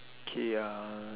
K ya